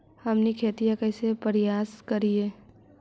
हमनी खेतीया कइसे परियास करियय?